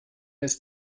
ist